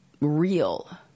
real